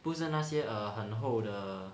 不是那些很厚的